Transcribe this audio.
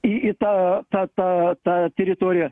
į tą tą tą tą teritoriją